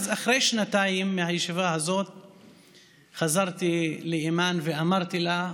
אחרי שנתיים מאותה ישיבה חזרתי לאימאן ואמרתי לה: